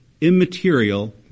immaterial